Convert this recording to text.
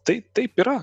tai taip yra